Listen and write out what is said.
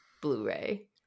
blu-ray